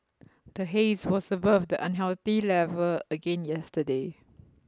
the haze was above the unhealthy level again yesterday